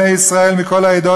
בני ישראל מכל העדות,